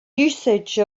usage